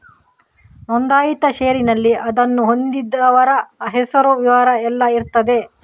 ನೋಂದಾಯಿತ ಷೇರಿನಲ್ಲಿ ಅದನ್ನು ಹೊಂದಿದವರ ಹೆಸರು, ವಿವರ ಎಲ್ಲ ಇರ್ತದೆ